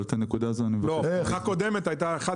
אבל את הנקודה הזו --- בשנה הקודמת הייתה עלייה